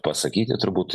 pasakyti turbūt